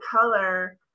color